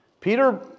Peter